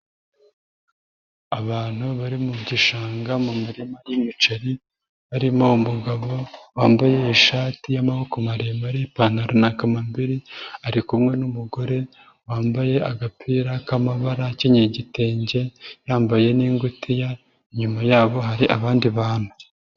Abantu bari mu gishanga mu mirima y'imiceri, barimo umugabo wambaye ishati y'amaboko maremare, ipantaro na kamambiri, ari kumwe n'umugore wambaye agapira k'amabara, akinyeye igitenge, yambaye n'ingutiya, inyuma yabo hari abandi bantu.